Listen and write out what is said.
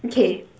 okay